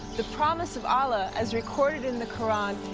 the promise of allah, as recorded in the quran,